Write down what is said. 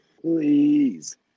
please